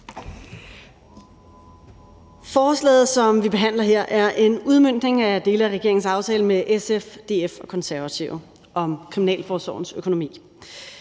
Forslaget, som vi behandler her, er en udmøntning af dele af regeringens aftale med SF, DF og Konservative om kriminalforsorgens økonomi.